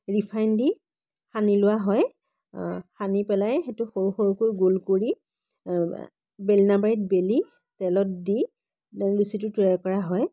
refine দি সানি লোৱা হয় সানি পেলাই সেইটো সৰু সৰুকৈ গোল কৰি বেলনা মাৰিত বেলি তেলত দি লুচিটো তৈয়াৰ কৰা হয়